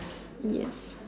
yes